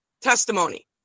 testimony